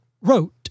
wrote